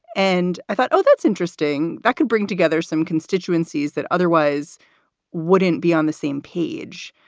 and i thought, oh, that's interesting. that could bring together some constituencies that otherwise wouldn't be on the same page.